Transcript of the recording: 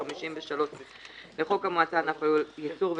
ו-53 לחוק המועצה לענף הלול (ייצור ושיווק),